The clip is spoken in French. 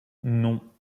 non